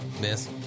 Miss